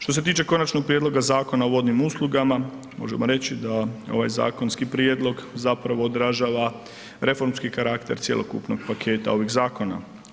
Što se tiče Konačnog prijedloga Zakona o vodnim uslugama možemo reći da ovaj zakonski prijedlog zapravo odražava reformski karakter cjelokupnog paketa ovih zakona.